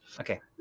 Okay